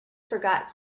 forgot